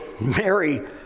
Mary